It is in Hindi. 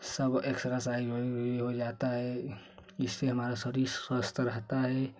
सब एक्सरासाइज हो जाता है इससे हमारा शरीर स्वस्थ रहता है